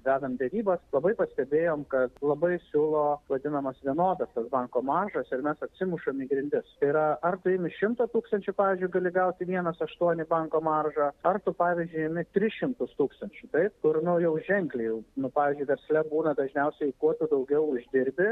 vedant derybas labai pastebėjom kad labai siūlo vadinamos vienodas tas banko maržas ir mes atsimušam į grindis tai yra ar tu imi šimtą tūkstančių pavyzdžiui gali gauti vienas aštuoni banko maržą ar tu pavyzdžiui imi tris šimtus tūkstančių taip kur nu jau ženkliai jau nu pavyzdžiui versle būna dažniausiai kuo daugiau uždirbi